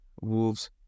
Wolves